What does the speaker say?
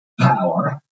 power